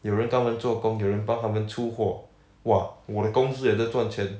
有人跟他们做工有人帮他们出货 !wah! 我的公司也是赚钱